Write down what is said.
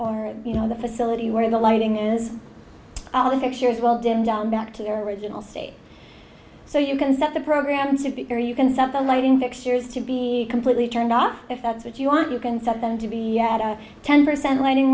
or you know the facility where the lighting is all the pictures well dim down back to your original state so you can set the program to figure you can set the lighting fixtures to be completely turned off if that's what you want you can set them to be at a ten percent lighting